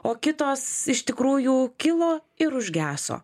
o kitos iš tikrųjų kilo ir užgeso